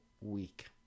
week